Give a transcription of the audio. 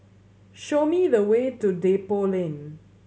show me the way to Depot Lane